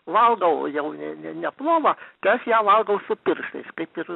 valgau jau ne ne ne plovą tai aš ją valgau su pirštais taip ir